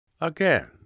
Again